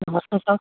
नमस्ते सर